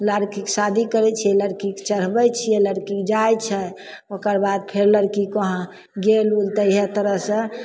लड़कीके शादी करै छियै लड़कीके चढ़बैत छियै लड़की जाइत छै ओकर बाद फेर लड़कीके वहाँ गेल तऽ एक तरह से